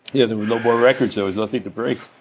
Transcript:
yeah, there were no more records. there was nothing to break